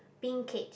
pink cage